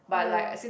no